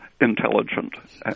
intelligent